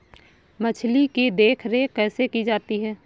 मछली की देखरेख कैसे की जाती है?